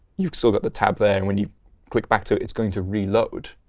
you saw that the tab there. and when you click back to it, it's going to reload.